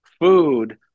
food